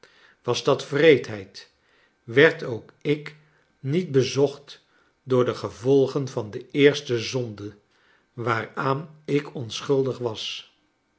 was dat wreedheid averd ook ik niet bezocht door de gevolgen van de eerste zonde waaraan ik onschuldig was